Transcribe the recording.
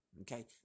okay